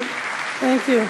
Thank you.